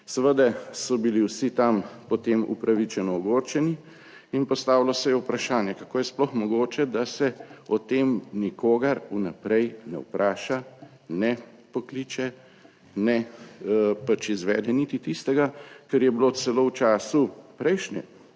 Seveda so bili vsi tam, potem upravičeno ogorčeni in postavilo se je vprašanje kako je sploh mogoče, da se o tem nikogar vnaprej ne vpraša, ne pokliče. Ne pač izvede niti tistega, kar je bilo celo v času prejšnje